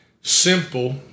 simple